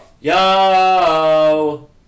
Yo